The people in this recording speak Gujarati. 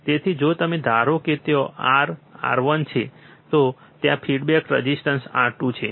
તેથી જો તમે ધારો કે ત્યાં R R1 છે તો ત્યાં ફિડબેક રજીસ્ટન્સ R2 છે